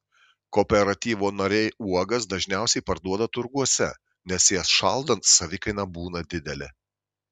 kooperatyvo nariai uogas dažniausiai parduoda turguose nes jas šaldant savikaina būna didelė